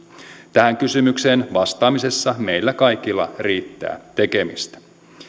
tähän kysymykseen vastaamisessa meillä kaikilla riittää tekemistä